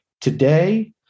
Today